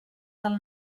del